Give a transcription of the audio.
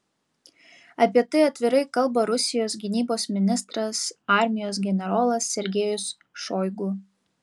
apie tai atvirai kalba rusijos gynybos ministras armijos generolas sergejus šoigu